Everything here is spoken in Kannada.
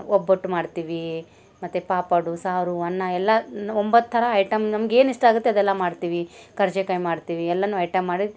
ಒಬ್ಬಟ್ಟು ಮಾಡ್ತೀವಿ ಮತ್ತು ಪಾಪಡು ಸಾರು ಅನ್ನ ಎಲ್ಲನೂ ಒಂಬತ್ತು ಥರ ಐಟಮ್ ನಮ್ಗೆ ಏನು ಇಷ್ಟ ಆಗತ್ತೆ ಅದೆಲ್ಲ ಮಾಡ್ತೀವಿ ಕರ್ಜೆಕಾಯಿ ಮಾಡ್ತೀವಿ ಎಲ್ಲವೂ ಐಟಮ್ ಮಾಡಿ